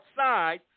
outside